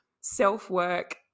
self-work